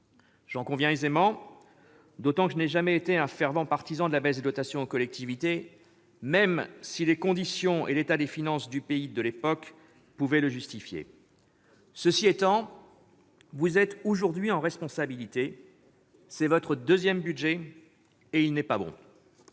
J'en conviens aisément, d'autant que je n'ai jamais été un fervent partisan de la baisse des dotations aux collectivités, même si les conditions de l'époque et l'état des finances du pays pouvaient le justifier. Cela étant, aujourd'hui, c'est vous qui êtes aux responsabilités, c'est votre deuxième budget et il n'est pas bon.